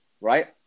right